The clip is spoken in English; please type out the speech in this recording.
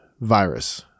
virus